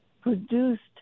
produced